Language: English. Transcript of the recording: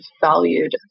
valued